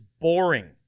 boring